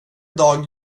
dag